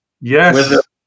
Yes